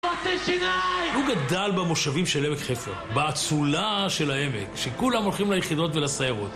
הוא גדל במושבים של עמק חפר, באצולה של העמק, כשכולם הולכים ליחידות ולסיירות.